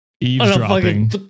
eavesdropping